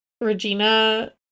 Regina